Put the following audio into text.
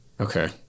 Okay